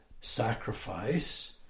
sacrifice